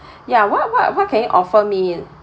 ya what what what can you offer me in